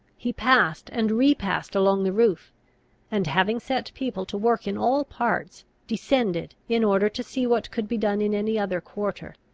he passed and repassed along the roof and, having set people to work in all parts, descended in order to see what could be done in any other quarter.